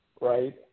Right